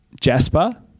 Jasper